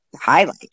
highlight